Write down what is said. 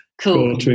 Cool